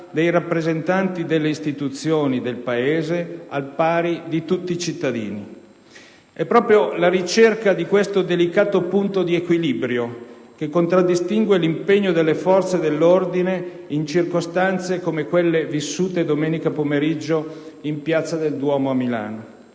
dei rappresentanti delle istituzioni del Paese, al pari di tutti i cittadini. È proprio la ricerca di questo delicato punto di equilibrio che contraddistingue l'impegno delle forze dell'ordine in circostanze come quelle vissute domenica pomeriggio in piazza del Duomo a Milano.